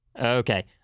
Okay